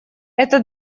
эта